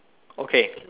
okay